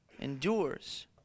endures